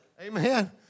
Amen